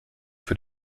für